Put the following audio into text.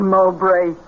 Mowbray